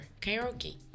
karaoke